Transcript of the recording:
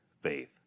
faith